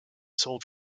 soul